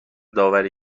داوری